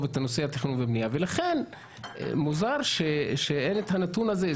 את נושא התכנון והבנייה ולכן מוזר שאין את הנתון הזה.